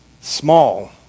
small